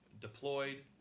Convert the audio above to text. deployed